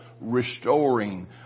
restoring